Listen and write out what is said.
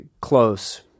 close